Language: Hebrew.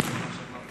חבר